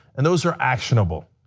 and those are actionable.